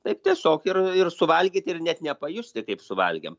taip tiesiog ir ir suvalgyti ir net nepajusti kaip suvalgėm